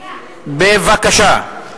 בבקשה.